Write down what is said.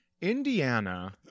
Indiana